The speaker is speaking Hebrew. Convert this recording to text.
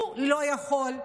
הוא לא יכול,